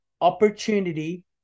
opportunity